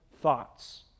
thoughts